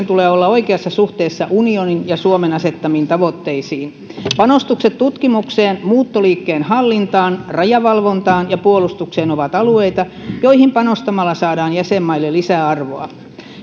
tulee olla oikeassa suhteessa unionin ja suomen asettamiin tavoitteisiin panostukset tutkimukseen muuttoliikkeen hallintaan rajavalvontaan ja puolustukseen ovat alueita joihin panostamalla saadaan jäsenmaille lisäarvoa